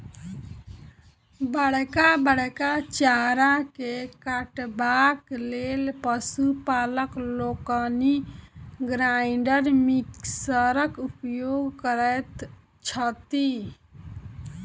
बड़का बड़का चारा के काटबाक लेल पशु पालक लोकनि ग्राइंडर मिक्सरक उपयोग करैत छथि